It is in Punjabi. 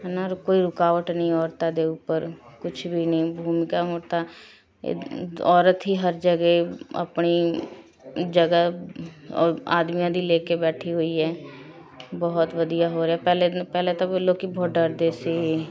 ਹੈ ਨਾ ਕੋਈ ਰੁਕਾਵਟ ਨਹੀਂ ਔਰਤਾਂ ਦੇ ਉੱਪਰ ਕੁਛ ਵੀ ਨਹੀਂ ਭੂਮਿਕਾ ਹੁਣ ਤਾਂ ਏ ਔਰਤ ਹੀ ਹਰ ਜਗ੍ਹਾ ਆਪਣੀ ਜਗ੍ਹਾ ਆਦਮੀਆਂ ਦੀ ਲੈ ਕੇ ਬੈਠੀ ਹੋਈ ਹੈ ਬਹੁਤ ਵਧੀਆ ਹੋ ਰਿਹਾ ਪਹਿਲੇ ਪਹਿਲੇ ਤਾਂ ਲੋਕ ਬਹੁਤ ਡਰਦੇ ਸੀ